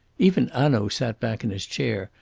even hanaud sat back in his chair,